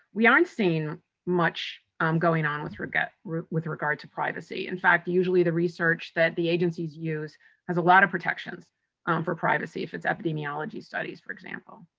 we aren't seeing much um going on with regard with regard to privacy. in fact, usually the research that the agencies use has a lot of protections for privacy, if it's epidemiology studies, for example.